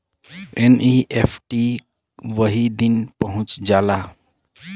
NEFT वही दिन पहुंच जाला